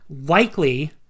likely